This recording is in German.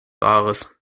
wahres